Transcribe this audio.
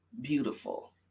beautiful